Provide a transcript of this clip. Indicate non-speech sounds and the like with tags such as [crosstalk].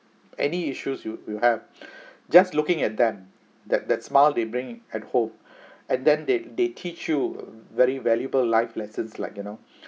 any issues you will have [breath] just looking at them that that smile they bring at home [breath] and then they they teach you very valuable life lessons like you know